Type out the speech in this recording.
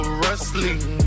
wrestling